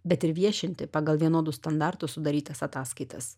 bet ir viešinti pagal vienodus standartus sudarytas ataskaitas